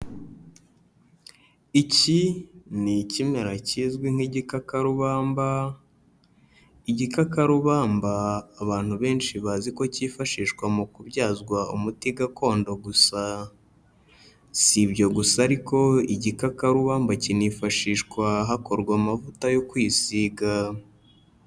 Iki ni ikimera kizwi nk'igikakarubamba, igikakarubamba abantu benshi bazi ko kifashishwa mu kubyazwa umuti gakondo gusa, si ibyo gusa ariko igikakarubamba kinifashishwa hakorwa amavuta yo kwisiga.